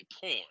porn